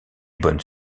bonnes